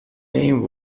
name